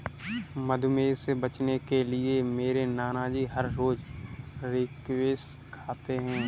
मधुमेह से बचने के लिए मेरे नानाजी हर रोज स्क्वैश खाते हैं